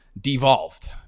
devolved